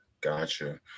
Gotcha